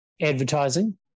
Advertising